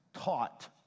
taught